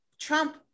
Trump